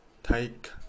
take